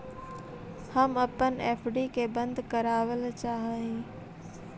हम अपन एफ.डी के बंद करावल चाह ही